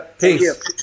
Peace